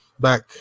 back